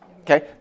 Okay